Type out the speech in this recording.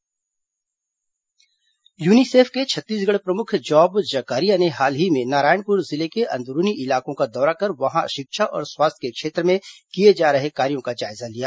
Narayanpur UNICEF UNICEF के छत्तीसगढ़ प्रमुख जॉब जकारिया ने हाल ही में नारायणपुर जिले के अंदरूनी इलाकों का दौरा कर वहां शिक्षा और स्वास्थ्य के क्षेत्र में किए जा रहे कार्यों का जायजा लिया